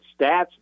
stats